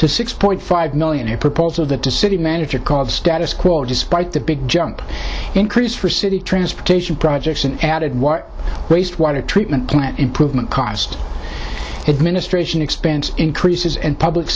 to six point five million a proposal that the city manager called the status quo despite the big jump increase for city transportation projects an added what raced water treatment plant improvement cost it ministration expense increases and public